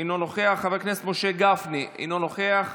אינו נוכח, חבר הכנסת משה גפני, אינו נוכח,